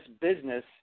business